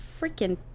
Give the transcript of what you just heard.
Freaking